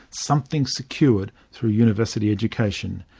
something secured through university education.